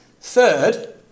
Third